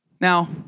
Now